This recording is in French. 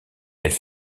elle